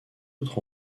autres